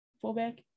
fullback